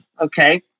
Okay